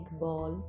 ball